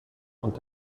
und